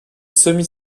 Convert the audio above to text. semi